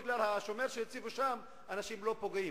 אני חושב שלא בגלל השומר שהציבו שם אנשים לא פוגעים,